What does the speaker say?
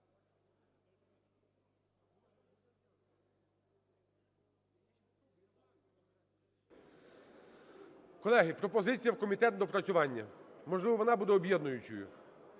Колеги, пропозиція – в комітет на доопрацювання. Можливо, вона буде об'єднуючою.